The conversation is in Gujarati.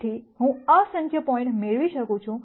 તેથી હું અસંખ્ય પોઇન્ટ મેળવી શકું છું